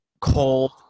cold